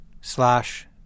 slash